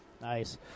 Nice